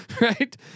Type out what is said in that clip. Right